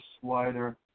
slider